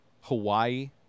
Hawaii